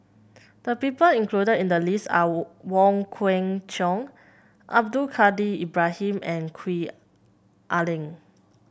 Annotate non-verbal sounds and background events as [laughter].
the people included in the list are [unintelligible] Wong Kwei Cheong Abdul Kadir Ibrahim and Gwee Ah Leng